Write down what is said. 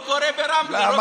לא קורה ברמלה,